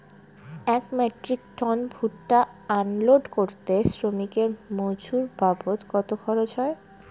এক metric ton ভুট্টা unload করতে শ্রমিকের মজুরি বাবদ কত খরচ হয়?